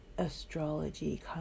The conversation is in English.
astrology